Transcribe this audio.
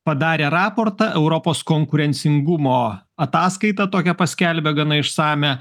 padarė raportą europos konkurencingumo ataskaitą tokią paskelbė gana išsamią